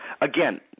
Again